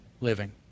living